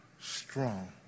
strong